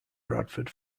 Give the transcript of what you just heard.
bradford